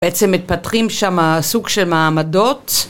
בעצם מתפתחים שמה סוג של מעמדות